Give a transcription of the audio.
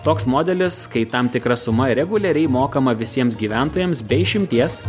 toks modelis kai tam tikra suma reguliariai mokama visiems gyventojams be išimties